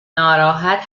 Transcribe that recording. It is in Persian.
ناراحت